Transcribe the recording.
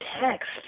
text